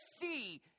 see